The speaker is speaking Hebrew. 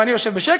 ואני יושב בשקט?